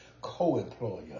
co-employer